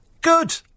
Good